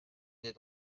n’est